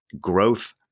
growth